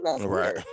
Right